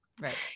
Right